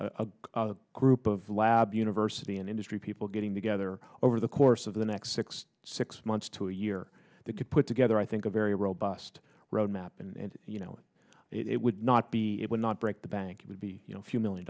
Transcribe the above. g a group of lab university and industry people getting together over the course of the next six six months to a year to put together i think a very robust roadmap and it would not be it would not break the bank it would be you know a few million